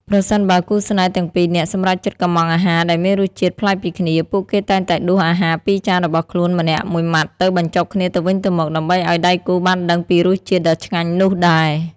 ប្រសិនបើគូស្នេហ៍ទាំងពីរនាក់សម្រេចចិត្តកុម្ម៉ង់អាហារដែលមានរសជាតិប្លែកពីគ្នា ពួកគេតែងតែដួសអាហារពីចានរបស់ខ្លួនម្នាក់មួយម៉ាត់ទៅបញ្ចុកគ្នាទៅវិញទៅមក ដើម្បីឱ្យដៃគូបានដឹងពីរសជាតិដ៏ឆ្ងាញ់នោះដែរ។